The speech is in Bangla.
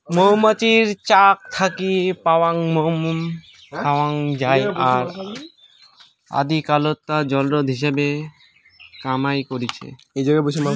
মৌমাছির চাক থাকি পাওয়াং মোম খাওয়াং যাই আর আদিকালত তা জলরোধক হিসাবে কামাই করিচে